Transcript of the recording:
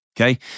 okay